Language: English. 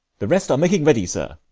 the rest are making ready sir.